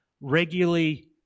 regularly